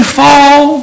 fall